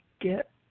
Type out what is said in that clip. get